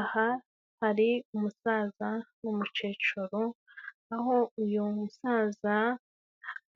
Aha hari umusaza n'umukecuru aho uyu musaza